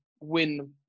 win